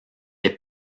est